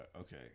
Okay